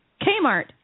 Kmart